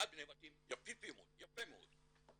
אחד בנבטים יפה מאוד ואחד